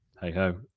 hey-ho